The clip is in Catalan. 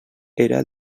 era